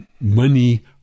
money